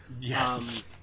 Yes